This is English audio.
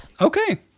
Okay